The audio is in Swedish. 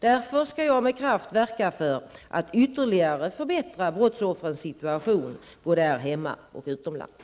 Därför skall jag med kraft verka för att ytterligare förbättra brottsoffrens situation, både här hemma och utomlands.